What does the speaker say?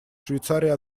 швейцария